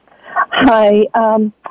Hi